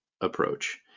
approach